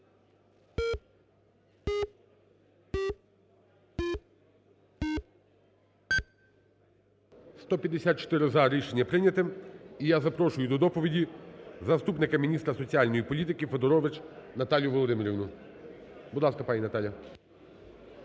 За-154 Рішення прийнято. І я запрошую до доповіді заступника міністра соціальної політики Федорович Наталію Володимирівну. Будь ласка, пані Наталія.